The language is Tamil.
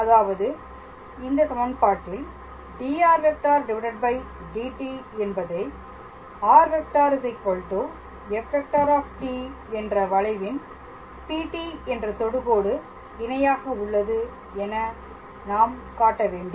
அதாவது இந்த சமன்பாட்டில் dr⃗ dt என்பதை r⃗ f⃗ என்ற வளைவின் PT என்ற தொடுகோடு இணையாக உள்ளது என நாம் காட்ட வேண்டும்